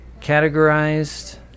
categorized